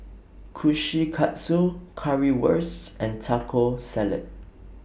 Kushikatsu Currywurst and Taco Salad